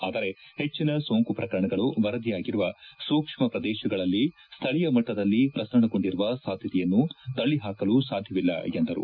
ಆದರೆ ಹೆಚ್ಚಿನ ಸೋಂಕು ಪ್ರಕರಣಗಳು ವರದಿಯಾಗಿರುವ ಸೂಕ್ಷ್ಣ ಪ್ರದೇಶಗಳಲ್ಲಿ ಸ್ಥಳೀಯ ಮಟ್ಟದಲ್ಲಿ ಪ್ರಸರಣಗೊಂಡಿರುವ ಸಾಧ್ಯತೆಯನ್ನು ತಳ್ಳ ಹಾಕಲು ಸಾಧ್ಯವಿಲ್ಲ ಎಂದರು